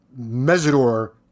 Mesidor